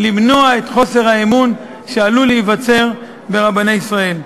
את חוסר האמון שעלול להיווצר ברבני ישראל.